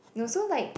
no so like